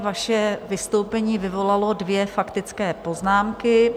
Vaše vystoupení vyvolalo dvě faktické poznámky.